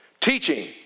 Teaching